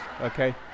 okay